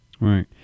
Right